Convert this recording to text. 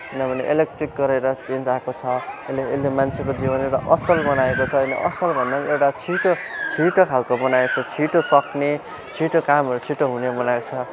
किनभने इलेक्ट्रिक गरेर चेन्ज आएको छ यसले यसले मान्छेको जीवनहरू असल बनाएको छ यसले असल भन्नाले एउटा छिटो छिटो खालको बनाएको छ छिटो सक्ने छिटो कामहरू छिटो हुने बनाएको छ